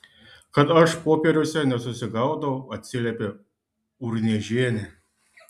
kad aš popieriuose nesusigaudau atsiliepė urniežienė